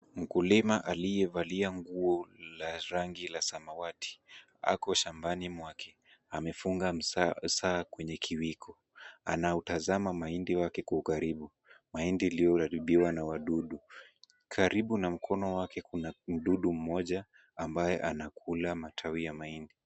Mkulima aliyevalia nguo la rangi la samawati ako shambani mwake. Amefunga saa kwenye kiwiko. Anautazama mahindi wake kwa ukaribu. Mahindi iliyoharibiwa na wadudu. Karibu na mkono wake kuna mdudu mmoja ambaye anakula matawi ya mahindi.